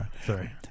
Sorry